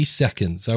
seconds